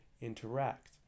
interact